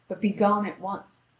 but begone at once,